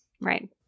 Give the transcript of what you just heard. right